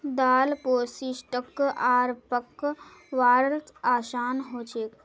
दाल पोष्टिक आर पकव्वार असान हछेक